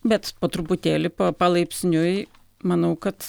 bet po truputėlį palaipsniui manau kad